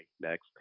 Next